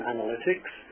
Analytics